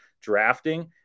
drafting